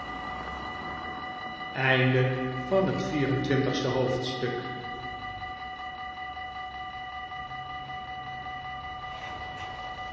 hoofdstuk van het drie en twintigste hoofdstuk